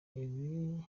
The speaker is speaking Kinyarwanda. ibi